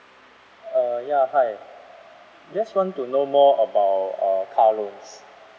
uh ya hi just want to know more about uh car loans